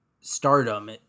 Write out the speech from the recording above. stardom